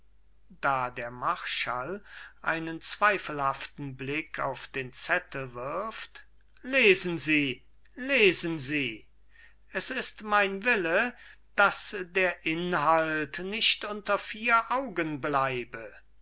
lesen sie lesen sie es ist mein wille daß der inhalt nicht unter vier augen bleibe